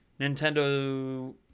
Nintendo